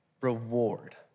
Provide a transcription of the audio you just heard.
reward